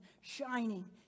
shining